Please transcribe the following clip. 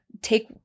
Take